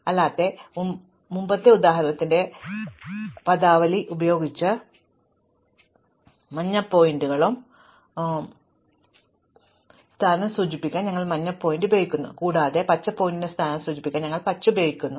അല്ലെങ്കിൽ മുമ്പത്തെ ഉദാഹരണത്തിന്റെ പദാവലി ഉപയോഗിച്ച് മഞ്ഞ പോയിന്ററിന്റെ സ്ഥാനം സൂചിപ്പിക്കാൻ ഞങ്ങൾ മഞ്ഞ ഉപയോഗിക്കുന്നു കൂടാതെ പച്ച പോയിന്ററിന്റെ സ്ഥാനം സൂചിപ്പിക്കാൻ ഞങ്ങൾ പച്ച ഉപയോഗിക്കുന്നു